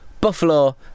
Buffalo